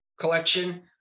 collection